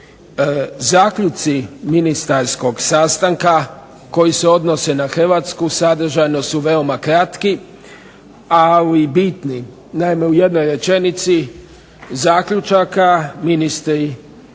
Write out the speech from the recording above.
Zaključci ministarskog sastanka koji se odnose na Hrvatsku sadržajno su veoma kratki ali bitni. Naime, u jednoj rečenici zaključaka, ministri država